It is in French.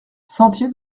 sentier